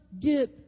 get